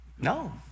No